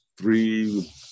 three